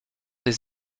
des